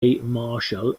marshall